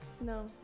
No